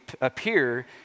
appear